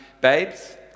babes